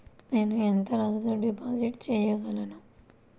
నేను ఎంత నగదు డిపాజిట్ చేయగలను?